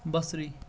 بصری